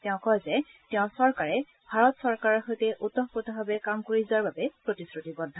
তেওঁ কয় যে তেওঁৰ চৰকাৰে ভাৰত চৰকাৰৰ সৈতে ওতঃপ্ৰোতভাৱে কাম কৰি যোৱাৰ বাবে প্ৰতিশ্ৰুতিবদ্ধ